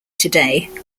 today